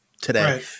Today